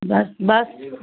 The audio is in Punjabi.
ਬਸ ਬਸ